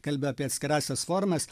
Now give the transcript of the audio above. kalbėjo apie atskirąsias formas